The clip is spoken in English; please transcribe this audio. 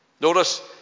Notice